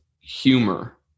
humor